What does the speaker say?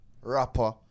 rapper